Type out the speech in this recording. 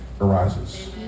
arises